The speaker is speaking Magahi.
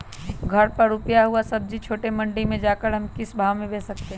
घर पर रूपा हुआ सब्जी छोटे मंडी में जाकर हम किस भाव में भेज सकते हैं?